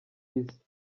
issa